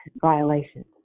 violations